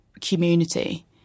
community